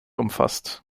umfasst